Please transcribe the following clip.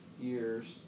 years